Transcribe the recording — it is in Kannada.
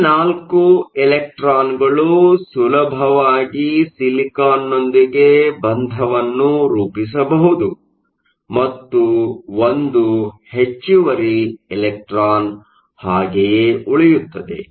ಈ ನಾಲ್ಕು ಎಲೆಕ್ಟ್ರಾನ್ಗಳು ಸುಲಭವಾಗಿ ಸಿಲಿಕಾನ್ನೊಂದಿಗೆ ಬಂಧವನ್ನು ರೂಪಿಸಬಹುದು ಮತ್ತು ಒಂದು ಹೆಚ್ಚುವರಿ ಎಲೆಕ್ಟ್ರಾನ್ ಹಾಗೆಯೇ ಉಳಿಯುತ್ತದೆ